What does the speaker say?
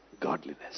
godliness